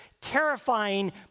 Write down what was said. terrifying